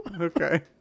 Okay